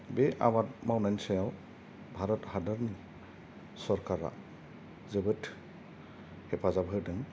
बे आबाद मावनायनि सायाव भारत हादोरनि सरखारा जोबोद हेफाजाब होदों